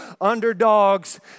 underdogs